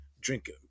drink